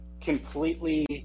completely